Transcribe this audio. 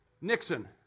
Nixon